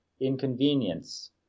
inconvenience